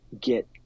get